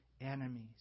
enemies